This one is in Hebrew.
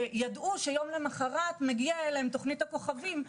שידעו שיום למוחרת מגיעה אליהם תוכנית הכוכבים,